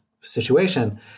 situation